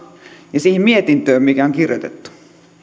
ja siihen mietintöön mikä on kirjoitettu